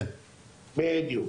בדיוק,